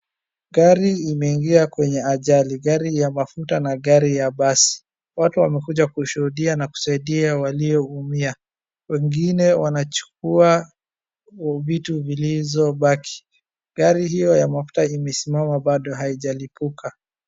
Gari imeingia kwenye ajali, gari ya mafuta na gari ya basi watu wamekuja kushuhudia na kusaidia walioumia wengine wanachukua vitu zilizo baki gari hiyo ya mafuta imesimama bado haijalipuka.